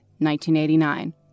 1989